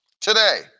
today